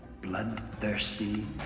bloodthirsty